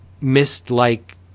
mist-like